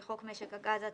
בחוק משק הגז הטבעי,